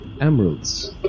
emeralds